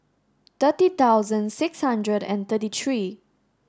thirty thousand six hundred and thirty three